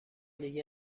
دیگه